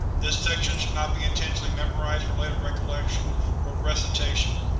this section should not be intentionally memorized for later recollection or recitation.